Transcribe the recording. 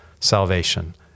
salvation